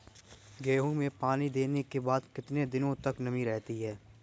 गेहूँ में पानी देने के बाद कितने दिनो तक नमी रहती है?